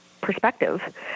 perspective